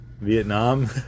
Vietnam